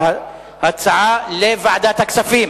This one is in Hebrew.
ההצעה להעביר את הנושא לוועדת הכספים